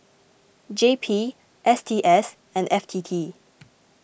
J P S T S and F T T